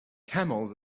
camels